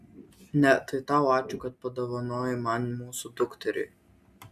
ne tai tau ačiū kad padovanojai man mūsų dukterį